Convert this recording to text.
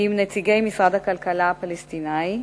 עם נציגי משרד הכלכלה הפלסטיני,